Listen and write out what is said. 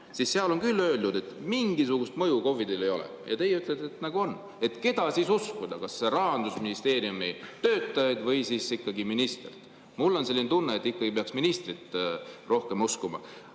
siis selles on küll öeldud, et mingisugust mõju KOV-idele ei ole. Teie ütlete, et nagu on. Keda siis uskuda, kas Rahandusministeeriumi töötajaid või ikkagi ministrit? Mul on selline tunne, et peaks ikkagi ministrit rohkem uskuma,